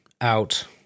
out